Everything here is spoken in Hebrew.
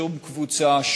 שום קבוצה,